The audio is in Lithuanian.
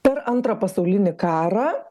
per antrą pasaulinį karą